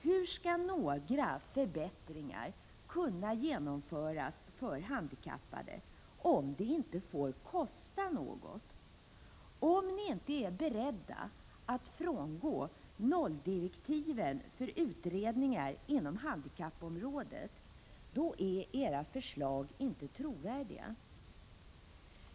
Hur skall några förbättringar för handikappade kunna genomföras om de inte får kosta något? Om ni inte är beredda att frångå nolldirektiven för utredningar inom handikappområdet är era förslag inte trovärdiga.